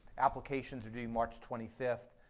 applications are due march twenty five,